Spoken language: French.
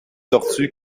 tortue